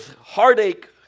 heartache